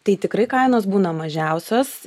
tai tikrai kainos būna mažiausios